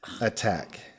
attack